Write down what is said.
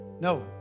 No